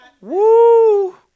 Woo